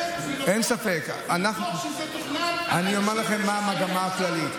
ספק, אין ספק, אני אומר לכם מה המגמה הכללית.